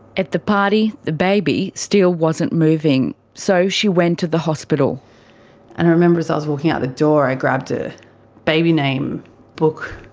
at the party the baby still wasn't moving, so she went to the hospital. and i remember as i was walking out the door, i grabbed a baby name book,